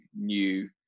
new